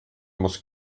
must